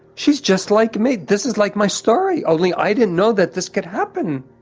she's just like me! this is like my story, only i didn't know that this could happen.